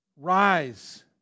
Rise